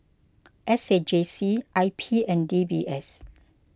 S A J C I P and D B S